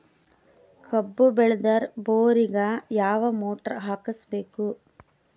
ಕಬ್ಬು ಬೇಳದರ್ ಬೋರಿಗ ಯಾವ ಮೋಟ್ರ ಹಾಕಿಸಬೇಕು?